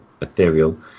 ethereal